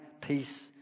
peace